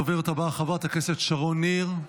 הדוברת הבאה היא חברת הכנסת שרון ניר,